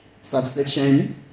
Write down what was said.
subsection